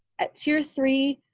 at tier three,